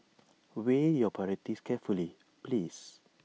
weigh your priorities carefully please